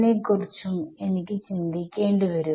second order derivative